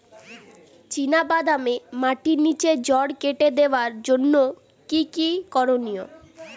চিনা বাদামে মাটির নিচে জড় কেটে দেওয়ার জন্য কি কী করনীয়?